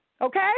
Okay